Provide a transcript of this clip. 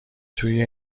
توی